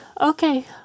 okay